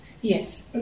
Yes